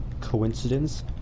Coincidence